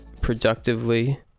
productively